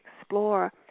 explore